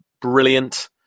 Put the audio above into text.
brilliant